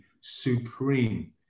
supreme